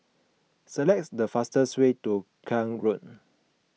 selects the fastest way to Klang Road